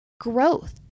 growth